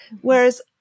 Whereas